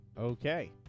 Okay